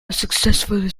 unsuccessfully